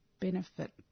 benefit